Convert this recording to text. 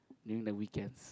during the weekends